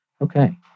Okay